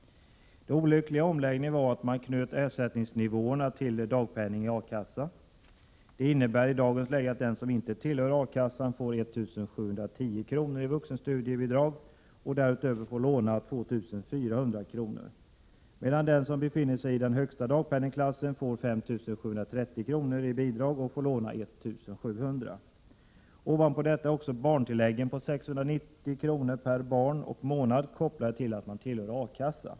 Det olyckliga i omläggningen var att man knöt ersättningsnivåerna till dagpenningen i A-kassa. Det innebär i dagens läge att den som inte tillhör A-kassa får 1 710 kr. i vuxenstudiebidrag och därutöver får låna 2 400 kr., medan den som befinner sig i den högsta dagpenningklassen får 5 730 kr. i bidrag och får låna 1 700 kr. Ovanpå detta är också barntilläggen på 690 kr. per barn och månad kopplade till att man tillhör A-kassa.